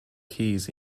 keys